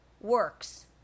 works